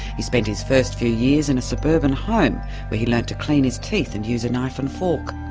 he spent his first few years in a suburban home where he learned to clean his teeth and use a knife and fork.